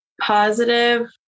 positive